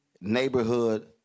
neighborhood